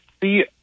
see